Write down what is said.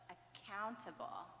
Accountable